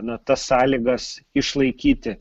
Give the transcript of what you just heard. na tas sąlygas išlaikyti